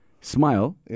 Smile